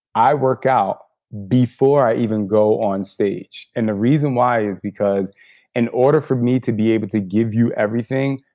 i work out before i even go on stage. and the reason why is because in order for me to be able to give you everything,